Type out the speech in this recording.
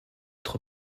trois